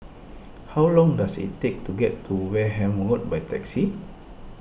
how long does it take to get to Wareham Road by taxi